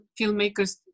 filmmakers